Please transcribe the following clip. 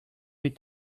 bit